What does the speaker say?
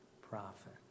prophet